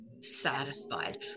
satisfied